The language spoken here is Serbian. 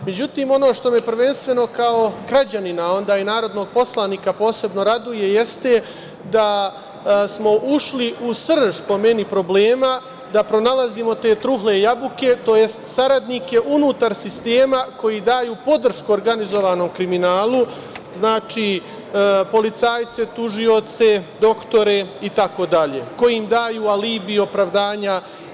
Međutim, ono što me prvenstveno kao građanina, a onda i narodnog poslanika, posebno raduje jeste da smo ušli u srž, po meni, problema, da pronalazimo te trule jabuke, tj. saradnike unutar sistema koji daju podršku organizovanom kriminalu, policajce, tužioce, doktore, itd, koji im daju alibi, opravdanja.